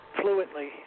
fluently